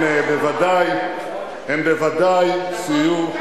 הם בוודאי סייעו,